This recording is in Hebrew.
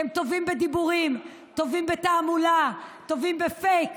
אתם טובים בדיבורים, טובים בתעמולה, טובים בפייק.